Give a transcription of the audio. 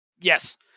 Yes